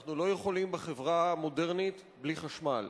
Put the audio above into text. אנחנו לא יכולים, בחברה המודרנית, בלי חשמל.